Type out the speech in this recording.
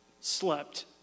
slept